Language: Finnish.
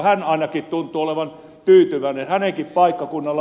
hän ainakin tuntui olevan tyytyväinen